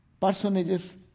Personages